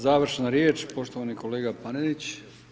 Završna riječ, poštovani kolega Panenić.